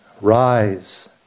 rise